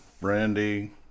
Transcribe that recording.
brandy